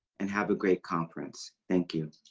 and have a great conference. thank you.